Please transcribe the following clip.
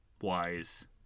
wise